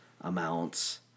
amounts